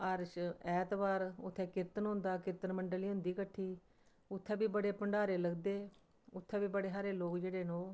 हर ऐतवार उत्थै कीर्तन होंदा कीर्तन मंडली होंदी कट्ठी उत्थै बी बड़े भण्डारे लगदे उत्थै बी बड़े हारे लोक जेह्ड़े न ओह्